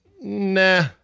Nah